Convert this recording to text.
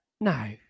No